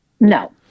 No